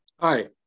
Hi